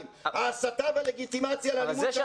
ההסתה והלגיטימציה לאלימות שאנחנו לא נוקטים